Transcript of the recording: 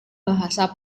bahasa